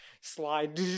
slide